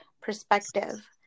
perspective